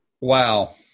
Wow